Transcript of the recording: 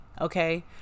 Okay